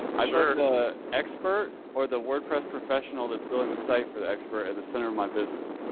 i've heard ah expert or the wordpress professional that's building the site for the expert at the center of my business.